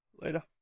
Later